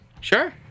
Sure